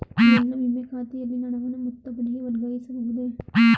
ನನ್ನ ವಿಮೆ ಖಾತೆಯಲ್ಲಿನ ಹಣವನ್ನು ಮತ್ತೊಬ್ಬರಿಗೆ ವರ್ಗಾಯಿಸ ಬಹುದೇ?